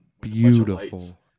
beautiful